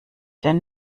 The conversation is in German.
den